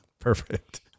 perfect